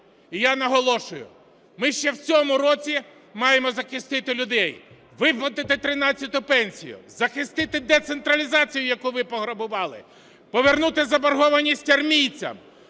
І я наголошую, ми ще в цьому році маємо захистити людей, виплатити 13-ту пенсію, захистити децентралізацію, яку ви пограбували, повернути заборгованість армійцям,